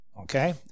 Okay